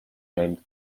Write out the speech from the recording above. named